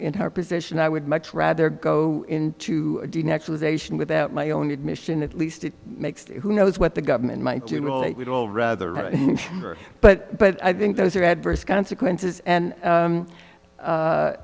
in her position i would much rather go into the next was asian without my own admission at least it makes it who knows what the government might do we'd all rather but but i think those are adverse consequences and